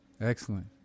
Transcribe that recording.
Excellent